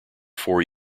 four